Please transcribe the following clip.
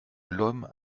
l’homme